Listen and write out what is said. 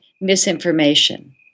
misinformation